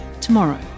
tomorrow